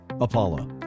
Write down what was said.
Apollo